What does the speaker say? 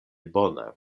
bone